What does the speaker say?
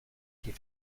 die